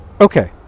Okay